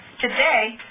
today